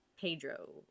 Pedro